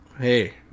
Hey